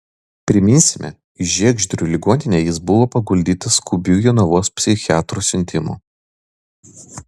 priminsime į žiegždrių ligoninę jis buvo paguldytas skubiu jonavos psichiatrų siuntimu